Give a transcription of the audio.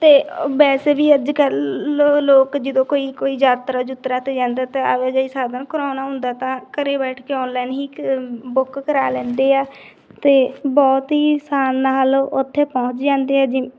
ਅਤੇ ਵੈਸੇ ਵੀ ਅੱਜ ਕੱਲ੍ਹ ਲੋ ਲੋਕ ਜਦੋਂ ਕੋਈ ਕੋਈ ਯਾਤਰਾ ਯੁਤਰਾ 'ਤੇ ਜਾਂਦਾ ਤਾਂ ਆਵਾਜਾਈ ਸਾਧਨ ਕਰਾਉਣਾ ਹੁੰਦਾ ਤਾਂ ਘਰ ਬੈਠ ਕੇ ਔਨਲਾਈਨ ਹੀ ਕ ਬੁੱਕ ਕਰਾ ਲੈਂਦੇ ਆ ਅਤੇ ਬਹੁਤ ਹੀ ਆਸਾਨ ਨਾਲ ਉੱਥੇ ਪਹੁੰਚ ਜਾਂਦੇ ਆ ਜਿ